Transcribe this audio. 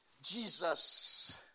Jesus